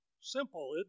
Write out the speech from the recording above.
Simple